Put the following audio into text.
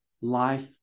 life